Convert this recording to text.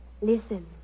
Listen